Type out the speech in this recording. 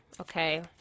Okay